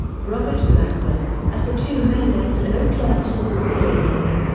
robert blackburn, as the two men left an oakland school board meeting.